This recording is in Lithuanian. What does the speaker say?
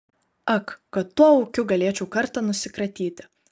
ak kad tuo ūkiu galėčiau kartą nusikratyti